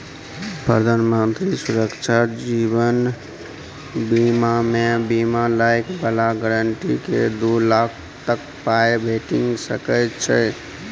प्रधानमंत्री सुरक्षा जीबन बीमामे बीमा लय बला गांहिकीकेँ दु लाख तक पाइ भेटि सकै छै